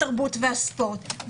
התרבות והספורט,